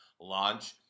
launch